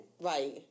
Right